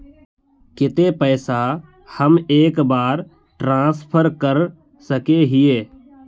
केते पैसा हम एक बार ट्रांसफर कर सके हीये?